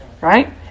right